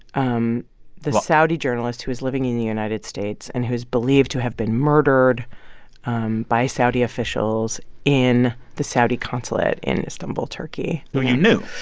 um the saudi journalist who was living in the united states and who is believed to have been murdered um by saudi officials in the saudi consulate in istanbul, turkey who you knew?